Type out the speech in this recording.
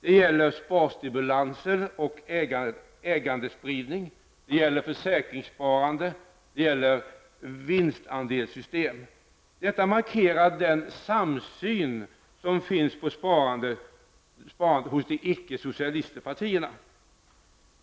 Det gäller sparstimulanser och ägandespridning, försäkringssparande och vinstandelssystem. Detta markerar den samsyn som finns på sparandet hos de icke socialistiska partierna.